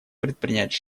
предпринять